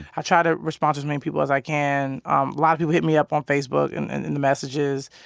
i try to respond to as many people as i can. a um lot of people hit me up on facebook and and in the messages.